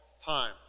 time